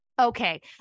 Okay